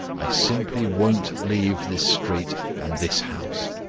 i simply won't leave this street and this house.